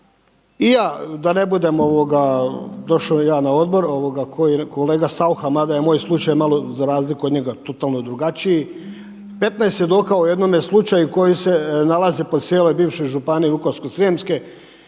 I ja da ne budem došao ja na odbor kao i kolega Saucha mada je moj slučaj malo za razliku od njega totalno drugačiji. 15 svjedoka u jednome slučaju koji se nalaze po cijeloj bivšoj županiji Vukovarsko-srijemske